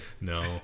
No